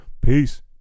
Peace